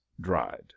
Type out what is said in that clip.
dried